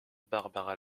barbara